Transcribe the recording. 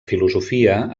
filosofia